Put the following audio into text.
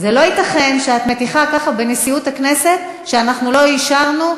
זה לא ייתכן שאת מטיחה ככה בנשיאות הכנסת שאנחנו לא אישרנו.